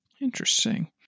Interesting